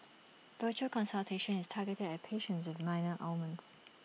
virtual consultation is targeted at patients with minor ailments